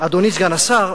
אדוני סגן השר,